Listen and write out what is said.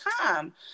time